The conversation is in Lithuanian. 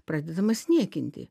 pradedamas niekinti